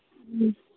ꯎꯝ